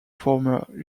former